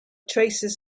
traces